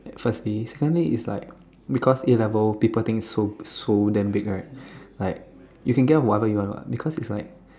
firstly secondly is like because A-level people think so so damn big right like you can get whatever you want what because is like